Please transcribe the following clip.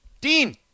Dean